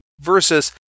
versus